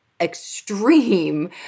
extreme